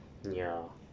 ya